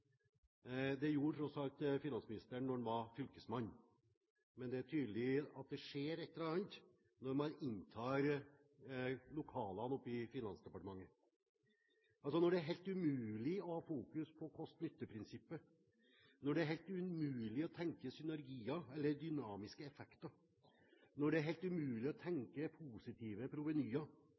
Det gjorde tross alt finansministeren da han var fylkesmann, men det er tydelig at det skjer et eller annet når man inntar lokalene i Finansdepartementet. Når det er helt umulig å ha fokus på kost-nytte-prinsippet, når det er helt umulig å tenke synergier eller dynamiske effekter, når det er helt umulig å tenke positive provenyer,